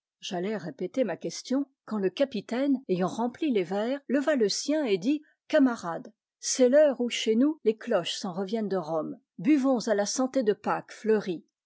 j'allais répéter ma question quand le capitaine ayant rempli les verres leva le sien et dit camarades c'est l'heure où chez nous les cloches s'en reviennent de rome buvons à la santé de pâques fleuries